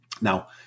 Now